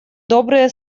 добрые